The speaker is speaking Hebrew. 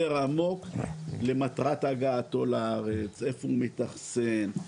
עמוק למטרת הגעתו לארץ איפה הוא מתאכסן,